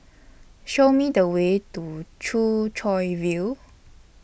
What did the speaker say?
Show Me The Way to Choo Chow View